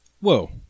Whoa